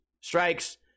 strikes